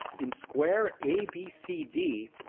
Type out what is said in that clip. in square abcd,